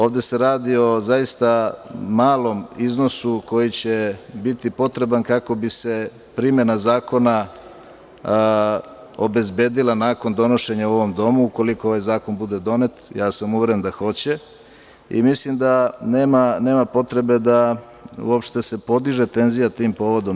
Ovde se radi o zaista malom iznosu koji će biti potreban kako bi se primena zakona obezbedila nakon donošenja u ovom domu, ukoliko ovaj zakon bude donet, a ja sam uveren da hoće i mislim da nema potrebe da se uopšte podiže tenzija tim povodom.